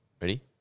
Ready